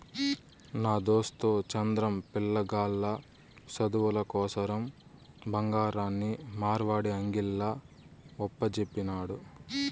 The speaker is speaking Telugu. నా దోస్తు చంద్రం, పిలగాల్ల సదువుల కోసరం బంగారాన్ని మార్వడీ అంగిల్ల ఒప్పజెప్పినాడు